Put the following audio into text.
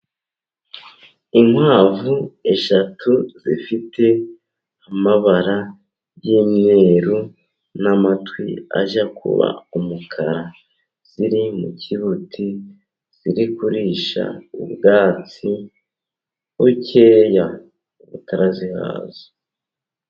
Inkwavu eshatu zifite amabara y'umweru n'amatwi ajya kuba umukara, ziri mu kibuti, ziri kurisha ubwatsi bukeya butarazihaza.